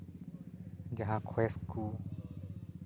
ᱡᱟᱦᱟᱸ ᱠᱷᱚᱭᱮᱥ ᱠᱚ